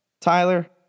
Tyler